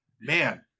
man